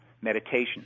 meditation